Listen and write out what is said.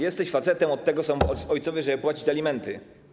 Jesteś facetem, od tego są ojcowie, żeby płacić alimenty.